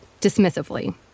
dismissively